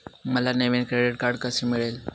मला नवीन credit card कसे मिळेल?